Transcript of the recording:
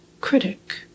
critic